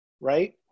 right